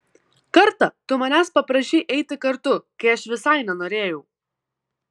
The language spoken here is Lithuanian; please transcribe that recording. kartą tu manęs paprašei eiti kartu kai aš visai nenorėjau